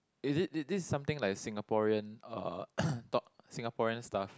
is it this this is something like Singaporean uh talk Singaporean stuff